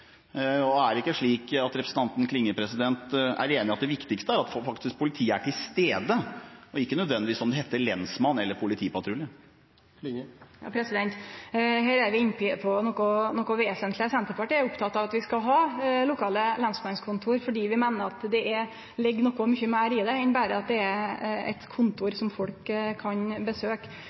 Er det ikke slik at representanten Klinge er enig i at det viktigste er at politiet er til stede – og ikke nødvendigvis om det heter lensmann eller politipatrulje? Her er vi inne på noko vesentleg. Senterpartiet er oppteke av at vi skal ha lokale lensmannskontor. Vi meiner at det ligg noko mykje meir i det enn berre at det er eit kontor som folk kan